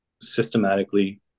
systematically